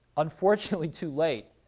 unfortunately too late,